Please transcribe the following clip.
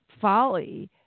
folly